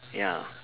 ya